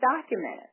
documented